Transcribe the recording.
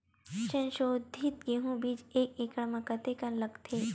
संसोधित गेहूं बीज एक एकड़ म कतेकन लगथे?